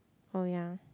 oh ya